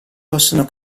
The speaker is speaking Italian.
possono